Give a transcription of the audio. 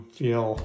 feel